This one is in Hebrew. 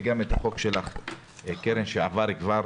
וגם את החוק שלך קרן שעבר כבר,